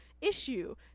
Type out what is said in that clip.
issue